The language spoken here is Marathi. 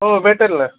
हो भेटेल ना